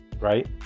right